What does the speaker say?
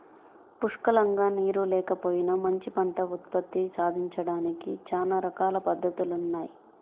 పుష్కలంగా నీరు లేకపోయినా మంచి పంట ఉత్పత్తి సాధించడానికి చానా రకాల పద్దతులున్నయ్